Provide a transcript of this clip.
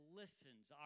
listens